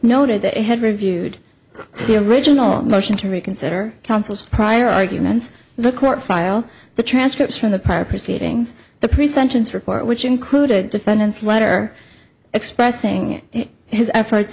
noted it had reviewed the original motion to reconsider counsel's prior arguments the court file the transcripts from the prior proceedings the pre sentence report which included defendants letter expressing his efforts